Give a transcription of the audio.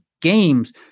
Games